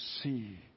see